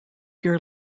your